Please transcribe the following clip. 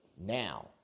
now